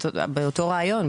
באותו רעיון,